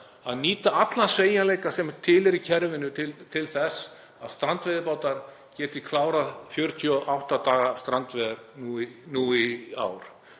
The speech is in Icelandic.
að nýta allan sveigjanleika sem til er í kerfinu til þess að strandveiðibátar geti klárað 48 daga strandveiðar nú í ár?